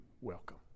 welcome